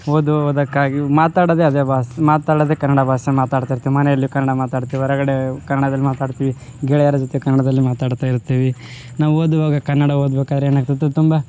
ಓದುವುದಕ್ಕಾಗಿಯು ಮಾತಾಡದೆ ಅದೇ ಭಾಷೆ ಮಾತಾಡೊದೆ ಕನ್ನಡ ಭಾಷೆ ಮಾತಾಡ್ತಿರ್ತಿವಿ ಮನೆಯಲ್ಲಿಯು ಕನ್ನಡ ಮಾತಾಡ್ತಿತೀವಿ ಹೊರಗಡೆ ಕನ್ನಡದಲ್ ಮಾತಾಡ್ತೀವಿ ಗೆಳೆಯರ ಜೊತೆ ಕನ್ನಡದಲ್ಲಿ ಮಾತಾಡ್ತಾ ಇರ್ತೀವಿ ನಾವು ಓದುವಾಗ ಕನ್ನಡ ಓದಬೇಕಾದ್ರೆ ಏನಾಗ್ತಿತ್ತು ತುಂಬ